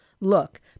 Look